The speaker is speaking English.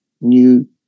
new